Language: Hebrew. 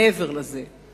מעבר לזה,